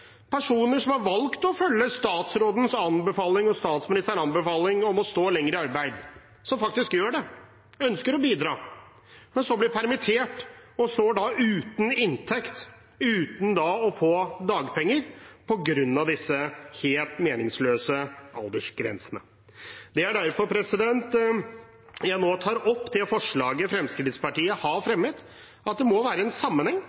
Personer som har valgt å følge statsrådens og statsministerens anbefaling om å stå lenger i arbeid og gjør det fordi de ønsker å bidra, blir så permittert og står uten inntekt, uten å få dagpenger på grunn av disse helt meningsløse aldersgrensene. Det er derfor jeg nå tar opp det forslaget Fremskrittspartiet har fremmet: Det må være en sammenheng